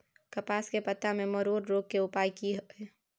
कपास के पत्ता में मरोड़ रोग के उपाय की हय?